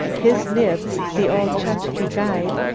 his nibs, the old chukche guide,